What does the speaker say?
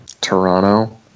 Toronto